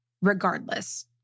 regardless